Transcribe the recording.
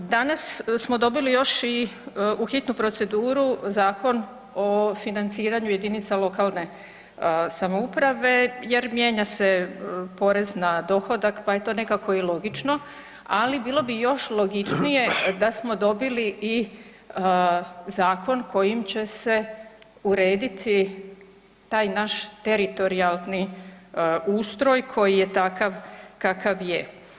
Danas smo dobili još i u hitnu proceduru Zakon o financiranju jedinica lokalne samouprave jer mijenja se porez na dohodak pa je to nekako i logično, ali bilo bi još logičnije da smo dobili i zakon kojim će se urediti taj naš teritorijalni ustroj koji je takav kakav je.